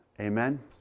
Amen